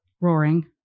Roaring